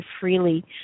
freely